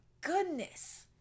goodness